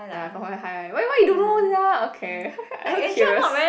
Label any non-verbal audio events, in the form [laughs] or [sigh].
!aiya! confirm very high why why you don't know sia okay [laughs] I also curious